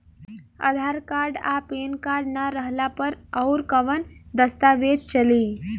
आधार card आ PAN card ना रहला पर अउरकवन दस्तावेज चली?